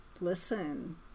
listen